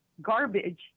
garbage